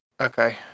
Okay